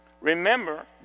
Remember